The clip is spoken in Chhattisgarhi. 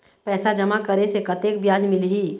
पैसा जमा करे से कतेक ब्याज मिलही?